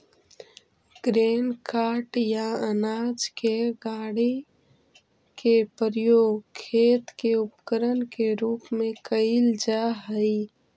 grain cart या अनाज के गाड़ी के प्रयोग खेत के उपकरण के रूप में कईल जा हई